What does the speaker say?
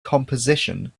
composition